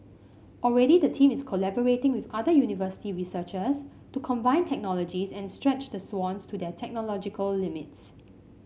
already the team is collaborating with other university researchers to combine technologies and stretch the swans to their technological limits